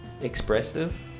expressive